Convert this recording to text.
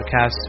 podcast